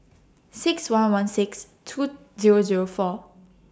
six one one six two Zero Zero four